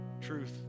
truth